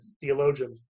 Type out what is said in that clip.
theologian